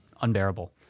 unbearable